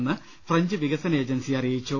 മെന്ന് ഫ്രഞ്ച് വികസന ഏജൻസി അറിയിച്ചു